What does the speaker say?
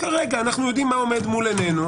כרגע אנחנו יודעים מה עומד מול עינינו,